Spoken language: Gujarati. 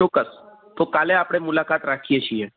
ચોકક્સ તો કાલે આપણે મુલાકાત રાખીએ છીએ